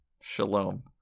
Shalom